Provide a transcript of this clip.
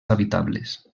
habitables